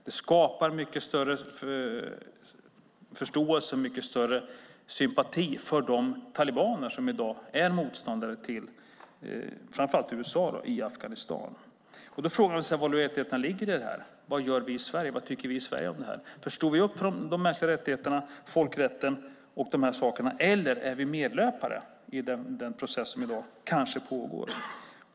Det skapar en mycket större förståelse och sympati för de talibaner i Afghanistan som i dag är motståndare framför allt till USA. Vad ligger i detta? Vad gör vi i Sverige, och vad tycker vi i Sverige om detta? Står vi upp för de mänskliga rättigheterna, folkrätten och sådant, eller är vi medlöpare i en process som i dag kanske pågår?